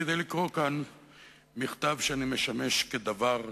כדי לקרוא כאן מכתב שאני משמש דוור שלו.